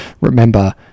remember